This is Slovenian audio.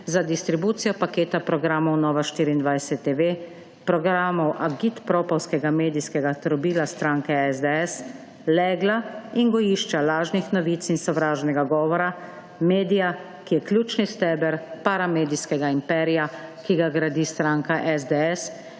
za distribucijo paketa programov Nova24TV, programov Agit propovskega medijskega trobila stranke SDS, legla in gojišča lažnih novic in sovražnega govora, medija, ki je ključni steber paramedijskega imperija, ki ga gradi stranka SDS